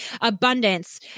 abundance